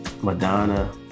Madonna